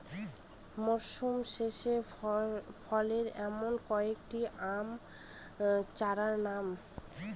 মরশুম শেষে ফলে এমন কয়েক টি আম চারার নাম?